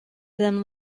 them